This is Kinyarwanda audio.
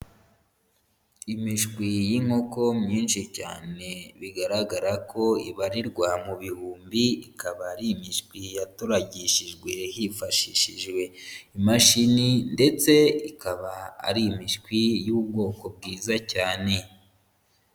Imishwi y'inkoko myinshi cyane bigaragara ko ibarirwa mu bihumbi, ikaba ari imishwi yaturagishijwe hifashishijwe imashini ndetse ikaba ari imishwi y'ubwoko bwiza cyane.